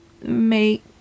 make